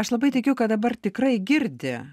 aš labai tikiu kad dabar tikrai girdi